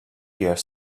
here